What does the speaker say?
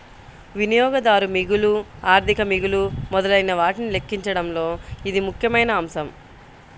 వినియోగదారు మిగులు, ఆర్థిక మిగులు మొదలైనవాటిని లెక్కించడంలో ఇది ముఖ్యమైన అంశం